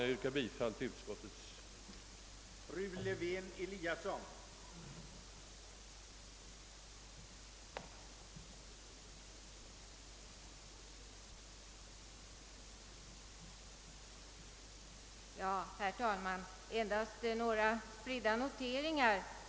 Jag yrkar bifall till utskottets hemställan.